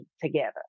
together